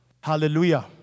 Hallelujah